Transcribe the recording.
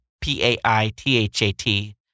P-A-I-T-H-A-T